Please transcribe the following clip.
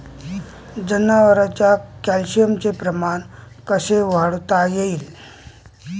जनावरात कॅल्शियमचं प्रमान कस वाढवता येईन?